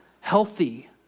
healthy